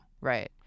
Right